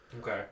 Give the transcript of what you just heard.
Okay